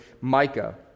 Micah